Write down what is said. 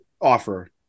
offer